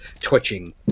Twitching